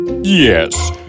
Yes